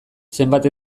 zenbat